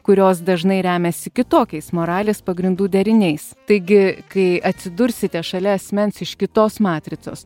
kurios dažnai remiasi kitokiais moralės pagrindų deriniais taigi kai atsidursite šalia asmens iš kitos matricos